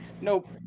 Nope